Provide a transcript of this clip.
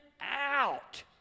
out